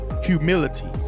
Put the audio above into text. humility